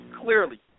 clearly